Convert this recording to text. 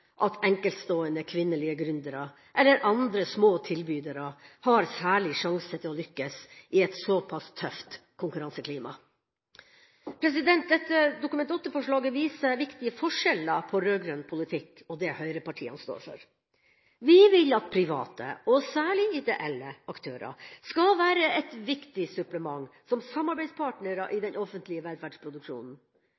at enkeltstående kvinnelige gründere eller andre små tilbydere har noen særlig sjanse til å lykkes i et såpass tøft konkurranseklima. Dette Dokument 8-forslaget viser viktige forskjeller på rød-grønn politikk og det høyrepartia står for. Vi vil at private, og særlig ideelle aktører, skal være et viktig supplement som samarbeidspartnere i